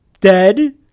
dead